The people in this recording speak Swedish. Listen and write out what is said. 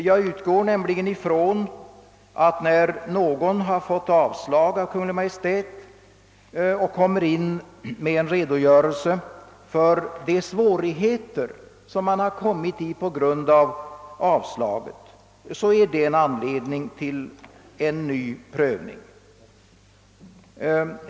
Jag utgår nämligen från att när någon fått avslag av Kungl. Maj:t och därefter lämnar en redogörelse för de svårigheter som uppstått på grund av avslaget, skall det vara tillräcklig anledning till en ny prövning.